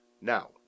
Now